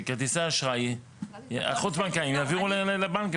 שכרטיסי אשראי החוץ בנקאיים יעבירו לבנקים,